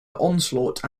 onslaught